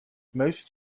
most